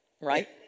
Right